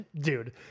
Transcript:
dude